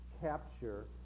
capture